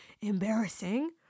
embarrassing